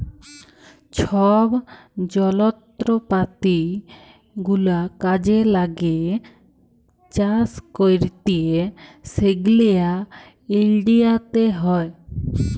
ছব যলত্রপাতি গুলা কাজে ল্যাগে চাষ ক্যইরতে সেগলা ইলডিয়াতে হ্যয়